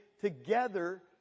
together